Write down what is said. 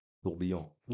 Tourbillon